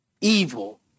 evil